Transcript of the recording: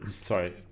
Sorry